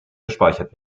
gespeichert